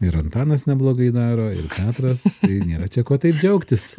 ir antanas neblogai daro ir petras tai nėra čia ko taip džiaugtis